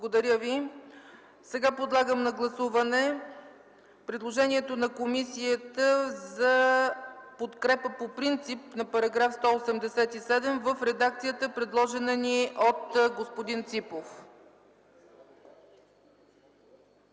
не е прието. Подлагам на гласуване предложението на комисията за подкрепа по принцип § 187 в редакцията, предложена ни от господин Ципов.